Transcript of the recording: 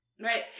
Right